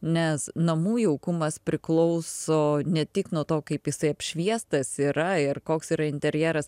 nes namų jaukumas priklauso ne tik nuo to kaip jisai apšviestas yra ir koks yra interjeras